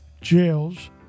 jails